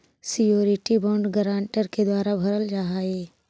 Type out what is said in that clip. surety bond guarantor के द्वारा भरल जा हइ